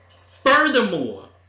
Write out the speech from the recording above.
Furthermore